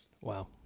Wow